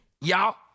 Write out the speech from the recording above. Y'all